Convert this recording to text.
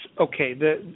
okay